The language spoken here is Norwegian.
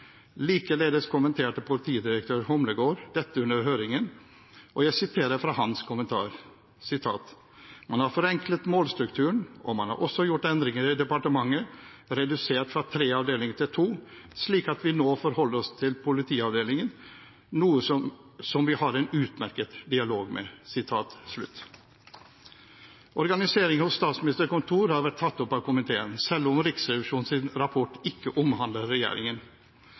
Likeledes kommenterte politidirektør Humlegård dette under høringen, og jeg siterer fra hans kommentar: «Man har forenklet målstrukturen, og man har også gjort endringer i departementet, redusert fra tre avdelinger til to, slik at vi nå forholder oss til Politiavdelingen, som vi har en utmerket dialog med.» Organiseringen hos Statsministerens kontor har vært tatt opp av komiteen, selv om Riksrevisjonens rapport ikke omhandler regjeringen.